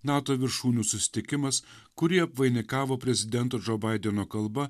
nato viršūnių susitikimas kurį apvainikavo prezidento džo baideno kalba